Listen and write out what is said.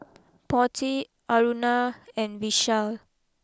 Potti Aruna and Vishal